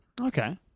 Okay